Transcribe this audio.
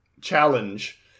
challenge